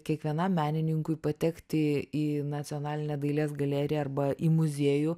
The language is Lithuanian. kiekvienam menininkui patekti į nacionalinę dailės galeriją arba į muziejų